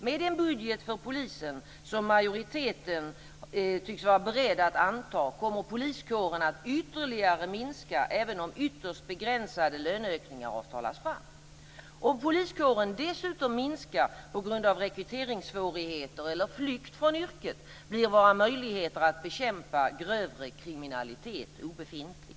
Med den budget för polisen, som majoriteten tycks vara beredd att anta, kommer poliskåren att ytterligare minska även om ytterst begränsade löneökningar avtalas fram. Om poliskåren dessutom minskar på grund av rekryteringssvårigheter eller flykt från yrket blir våra möjligheter att bekämpa grövre kriminalitet obefintliga.